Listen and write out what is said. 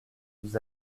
nous